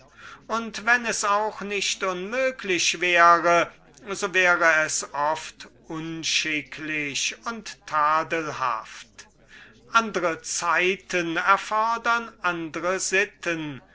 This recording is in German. und wenn es auch nicht unmöglich wäre so wär es unschicklich andre zeiten erfordern andre sitten